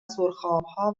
سرخابها